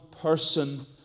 person